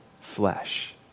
flesh